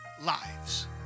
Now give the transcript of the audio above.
lives